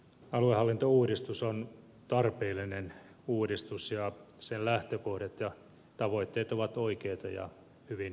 aluehallintouudistus on tarpeellinen uudistus ja sen lähtökohdat ja tavoitteet ovat oikeita ja hyvin perusteltuja